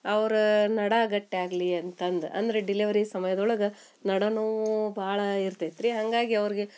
ಅವರ ನಡು ಗಟ್ಟಿಯಾಗ್ಲಿ ಅಂತಂದು ಅಂದ್ರೆ ಡಿಲಿವರಿ ಸಮಯ್ದೊಳಗೆ ನಡು ನೋವು ಭಾಳ ಇರ್ತೈತೆ ರೀ ಹಂಗಾಗಿ ಅವ್ರಿಗೆ